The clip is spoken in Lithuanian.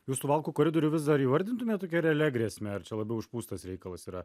jūs suvalkų koridorių vis dar įvardintumėt tokia realia grėsme ar čia labiau išpūstas reikalas yra